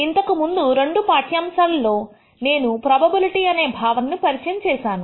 ఇంతకుముందు రెండు పాఠ్యాంశాలలో నేను ప్రొబబిలిటీ అనే భావనను పరిచయం చేశాను